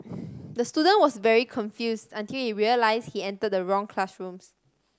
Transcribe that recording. the student was very confused until he realised he entered the wrong classrooms